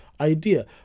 idea